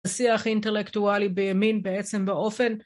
השיח האינטלקטואלי בימין בעצם באופן